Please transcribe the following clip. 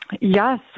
Yes